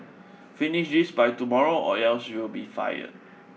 finish this by tomorrow or else you'll be fired